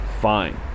fine